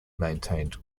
maintained